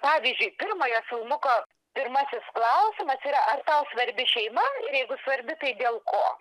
pavyzdžiui pirmojo filmuko pirmasis klausimas yra ar tau svarbi šeima jeigu svarbi tai dėl ko